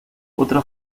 otra